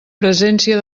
presència